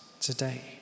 today